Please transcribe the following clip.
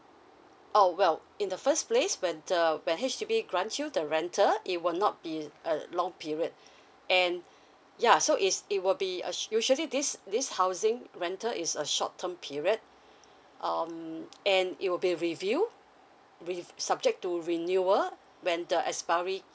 oh well in the first place when the when H_D_B grant you the rental it will not be a long period and ya so is it will be a usually this this housing rental is a short term period um and it will be review with subject to renewal when the expiry